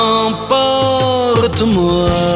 Emporte-moi